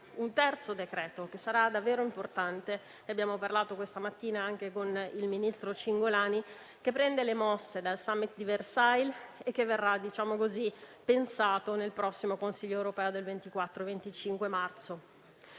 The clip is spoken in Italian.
un terzo decreto che sarà davvero importante e di cui abbiamo parlato questa mattina anche con il ministro Cingolani, che prende le mosse dal *summit* di Versailles e verrà pensato nel Consiglio europeo dei prossimi